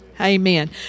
Amen